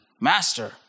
Master